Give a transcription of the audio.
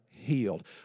healed